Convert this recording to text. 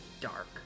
dark